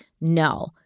No